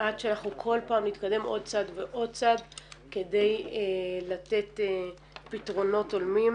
עד שאנחנו שכל פעם נתקדם עוד צעד ועוד צעד כדי לתת פתרונות הולמים